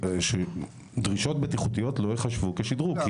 שדרישות בטיחותיות לא ייחשבו כשדרוג.